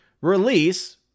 release